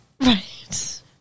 Right